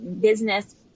business